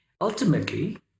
Ultimately